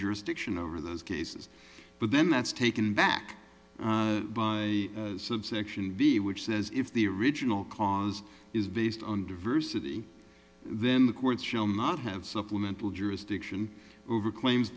jurisdiction over those cases but then that's taken back by subsection v which says if the original cause is based on diversity then the courts shall not have supplemental jurisdiction over claims